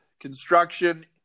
construction